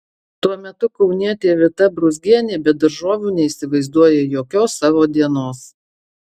tuo metu kaunietė vita brūzgienė be daržovių neįsivaizduoja jokios savo dienos